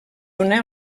una